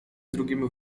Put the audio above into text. drugiemu